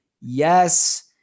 yes